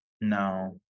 no